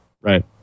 Right